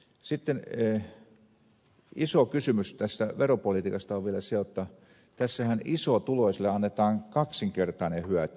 sitten iso kysymys tässä veropolitiikassa on vielä se että tässähän isotuloisille annetaan kaksinkertainen hyöty